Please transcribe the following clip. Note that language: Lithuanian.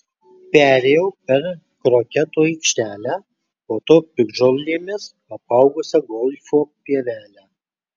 perėjau per kroketo aikštelę po to piktžolėmis apaugusią golfo pievelę